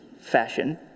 fashion